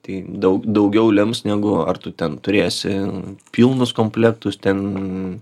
tai daug daugiau lems negu ar tu ten turėsi pilnus komplektus ten